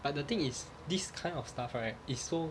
but the thing is this kind of stuff right is so